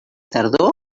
tardor